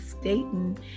Staten